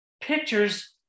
pictures